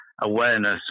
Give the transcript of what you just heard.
awareness